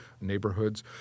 neighborhoods